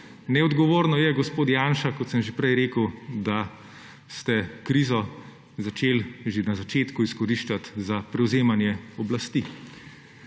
Neodgovorno je, gospod Janša, kot sem že prej rekel, da ste krizo začeli že na začetku izkoriščati za prevzemanje oblasti.